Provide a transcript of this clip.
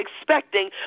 expecting